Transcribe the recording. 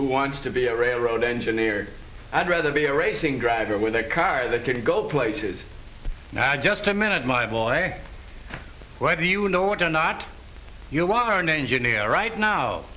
who wants to be a railroad engineer i'd rather be a racing driver with a car that can go places just a minute my boy why do you know what or not you are an engineer right now